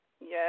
Yes